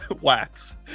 wax